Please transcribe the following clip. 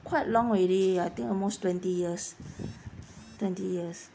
quite long already I think almost twenty years twenty years